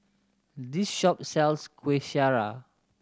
this shop sells Kueh Syara